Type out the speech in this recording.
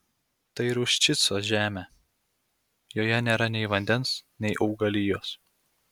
tai ruščico žemė joje nėra nei vandens nei augalijos